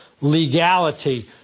legality